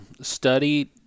study